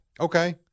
Okay